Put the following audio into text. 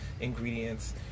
ingredients